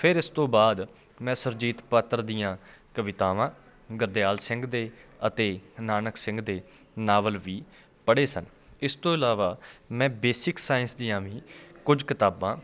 ਫਿਰ ਇਸ ਤੋਂ ਬਾਅਦ ਮੈਂ ਸੁਰਜੀਤ ਪਾਤਰ ਦੀਆਂ ਕਵਿਤਾਵਾਂ ਗੁਰਦਿਆਲ ਸਿੰਘ ਦੇ ਅਤੇ ਨਾਨਕ ਸਿੰਘ ਦੇ ਨਾਵਲ ਵੀ ਪੜ੍ਹੇ ਸਨ ਇਸ ਤੋਂ ਇਲਾਵਾ ਮੈਂ ਬੇਸਿਕ ਸਾਇੰਸ ਦੀਆਂ ਵੀ ਕੁਝ ਕਿਤਾਬਾਂ